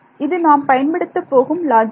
இது நாம் பயன்படுத்தப் போகும் லாஜிக்